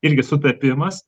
irgi sutapimas